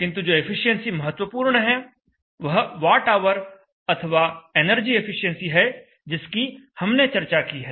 किंतु जो एफिशिएंसी महत्वपूर्ण है वह वाट आवर अथवा एनर्जी एफिशिएंसी है जिसकी हमने चर्चा की है